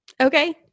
Okay